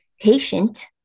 patient